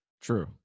True